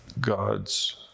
god's